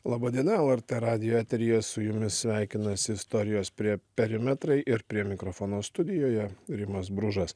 laba diena lrt radijo eteryje su jumis sveikinasi istorijos prie perimetrai ir prie mikrofono studijoje rimas bružas